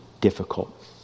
difficult